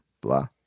Blah